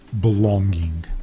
belonging